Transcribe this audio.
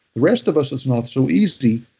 the rest of us it's not so easy.